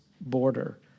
border